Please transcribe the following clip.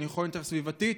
זה נכון יותר סביבתית